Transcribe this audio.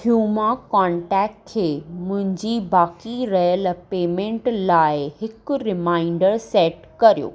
हुमा contact खे मुंहिंजी बाक़ी रहियल पेमेंट लाइ हिकु रिमांइडर सैट करियो